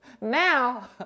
Now